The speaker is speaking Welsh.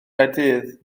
caerdydd